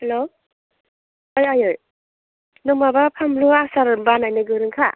hello ओइ आइयै नों माबा फानलु आसार बानायनो गोरोंखा